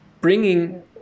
bringing